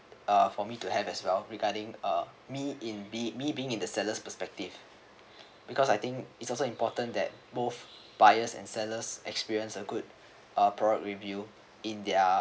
uh for me to have as well regarding uh me in be me being in the seller's perspective because I think it's also important that both buyers and sellers experience uh good product review in their